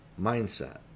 mindset